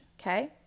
okay